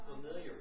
familiar